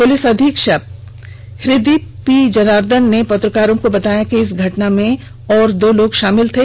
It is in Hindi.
पुलिस अधीक्षक हृ दीप पी जनार्दन ने पत्रकारों को बताया कि इस घटना में और दो लोग शामिल थे